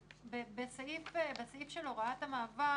--- בסעיף הוראת המעבר,